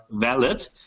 valid